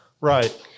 Right